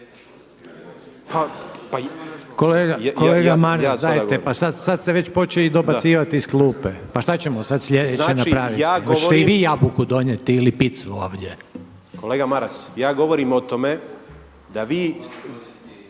Kolega Maras dajte pa sada ste već počeli dobacivati iz klupe pa šta ćemo sada sljedeće napraviti. Hoćete li i vi jabuku donijeti ili pizzu ovdje. **Grmoja, Nikola (MOST)** Kolega Maras ja govorim o tome da vi.